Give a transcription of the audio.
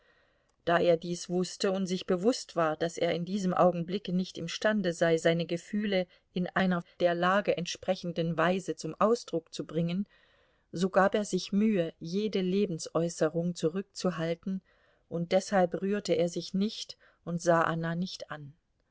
da er dies wußte und sich bewußt war daß er in diesem augenblicke nicht imstande sei seine gefühle in einer der lage entsprechenden weise zum ausdruck zu bringen so gab er sich mühe jede lebensäußerung zurückzuhalten und deshalb rührte er sich nicht und sah anna nicht an